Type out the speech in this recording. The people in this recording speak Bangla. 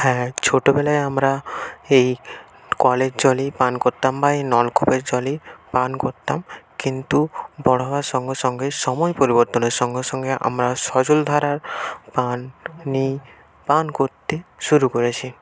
হ্যাঁ ছোটবেলায় আমরা এই কলের জলই পান করতাম বা এই নলকূপের জলই পান করতাম কিন্তু বড় হওয়ার সঙ্গে সঙ্গে সময় পরিবর্তনের সঙ্গে সঙ্গে আমরা সজল ধারার পান নিই পান করতে শুরু করেছি